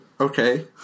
Okay